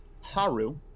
Haru